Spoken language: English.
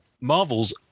Marvel's